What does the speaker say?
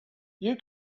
you